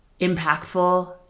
impactful